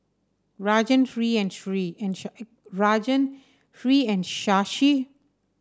Rajan Hri and Hri and Rajan Hri and Shashi